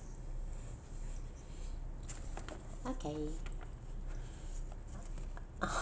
okay